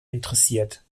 interessiert